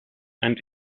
and